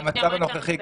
המצב הנוכחי,